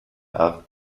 art